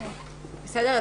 בסדר.